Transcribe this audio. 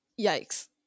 Yikes